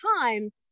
time